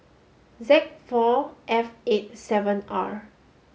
Z four F eight seven R